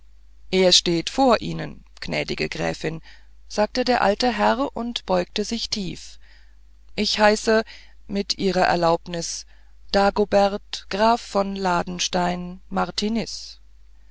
martiniz er steht vor ihnen gnädige gräfin sagte der alte herr und beugte sich tief ich heiße mit ihrer erlaubnis dagobert graf von